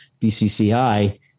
BCCI